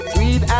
Sweet